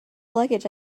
luggage